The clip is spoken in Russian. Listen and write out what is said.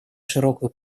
широкую